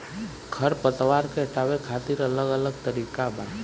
खर पतवार के हटावे खातिर अलग अलग तरीका बा